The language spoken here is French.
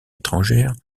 étrangères